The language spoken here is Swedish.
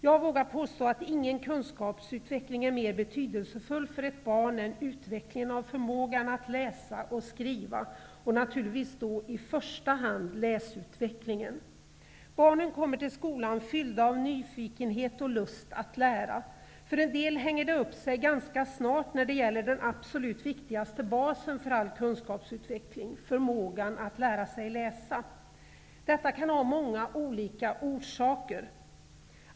Jag vågar påstå att ingen kunskapsutveckling är mer betydelsefull för ett barn än utvecklingen av förmågan att läsa och skriva, och naturligtvis då i första hand läsutvecklingen. Barnen kommer till skolan fyllda av nyfikenhet och lust att lära. För en del hänger det upp sig ganska snart när det gäller den absolut viktigaste basen för all kunskapsutveckling -- förmågan att lära sig läsa. Detta kan ha många olika orsaker.